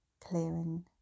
clearing